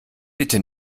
bitte